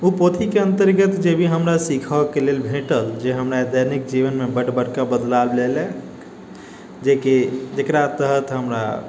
उ पोथीके अन्तर्गत जे भी हमरा सीखऽके लेल भेटल जे हमरा दैनिक जीवनमे बड्ड बदलाव लेलक जेकि जेकरा तहत हमरा